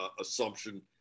assumption